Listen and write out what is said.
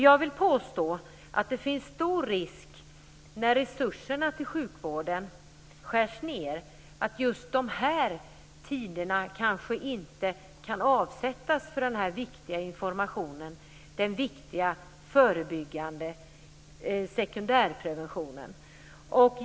Jag vill påstå att det finns stor risk när resurserna till sjukvården skärs ned att tid inte kan avsättas för denna viktiga information, den viktiga förebyggande sekundärpreventionen.